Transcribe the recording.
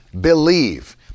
believe